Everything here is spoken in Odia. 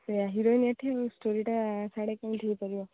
ସେୟା ହିରୋଇନ୍ ଏଠି ଷ୍ଟୋରିଟା ସେଆଡ଼େ କେମିତି ହେଇପାରିବ